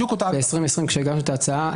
כשהגשנו את ההצעה,